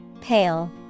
Pale